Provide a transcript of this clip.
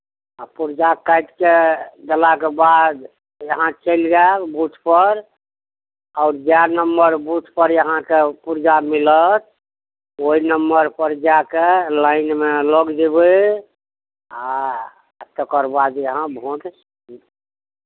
आ पुरजा काटि कऽ देलाके बाद अहाँ चलि जायब बूथपर आओर जए नम्बर बूथपर अहाँके पुरजा मिलत ओहि नम्बरपर जा कऽ लाइनमे लागि जयबै आ तकर बाद अहाँ भोट